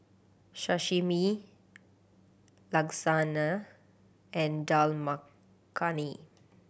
Sashimi Lasagne and Dal Makhani